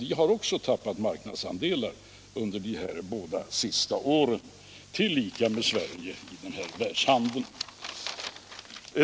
Västtyskland tillika med Sverige har tappat marknadsandelar i den sålunda redovisade världshandeln under de två senaste åren.